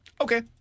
okay